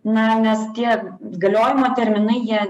na nes tie galiojimo terminai jie